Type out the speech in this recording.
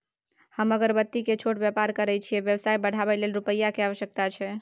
हम अगरबत्ती के छोट व्यापार करै छियै व्यवसाय बढाबै लै रुपिया के आवश्यकता छै?